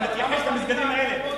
איך אתה מתייחס למסגדים האלה,